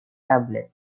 tablet